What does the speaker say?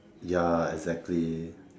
ya exactly